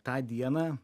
tą dieną